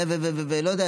ואני לא יודע,